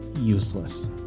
useless